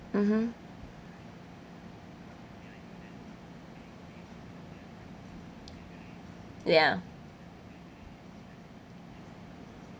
mmhmm ya